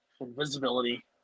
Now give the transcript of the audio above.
invisibility